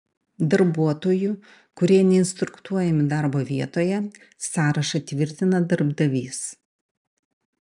darbuotojų kurie neinstruktuojami darbo vietoje sąrašą tvirtina darbdavys